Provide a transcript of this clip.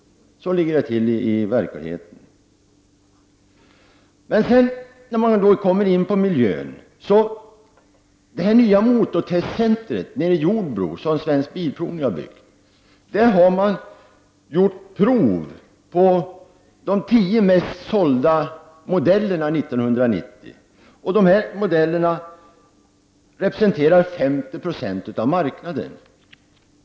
Så ligger det till i verkligheten. Hur är det nu med miljön? I det nya motortestcentret i Jordbro, som Svensk bilprovning har byggt, har man gjort prov på de tio mest sålda bilmodellerna 1990, som representerar 50 7o av marknaden.